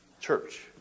church